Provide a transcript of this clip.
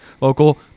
local